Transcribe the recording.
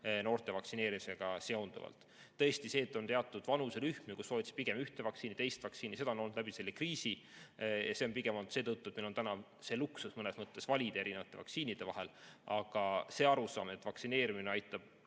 noorte vaktsineerimisega seonduvalt. Tõesti see, et on teatud vanuserühm, kus soovitatakse pigem ühte vaktsiini või teist vaktsiini, seda on olnud läbi selle kriisi. See on pigem olnud seetõttu, et meil on täna see luksus mõnes mõttes valida erinevate vaktsiinide vahel. Aga see arusaam, et vaktsineerimine aitab